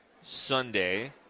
Sunday